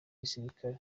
gisirikare